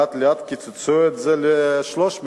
לאט-לאט קיצצו את זה ל-300.